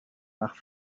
nach